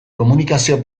komunikazio